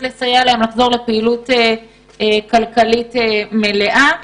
לאפשר להם לחזור לפעילות כלכלית מלאה.